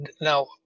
Now